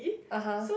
(uh huh)